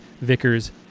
vickers